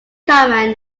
common